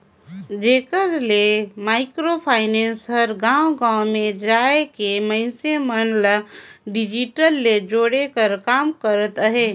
जेकर ले micro finance हर गाँव गाँव में जाए के मइनसे मन ल डिजिटल ले जोड़े कर काम करत अहे